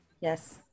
Yes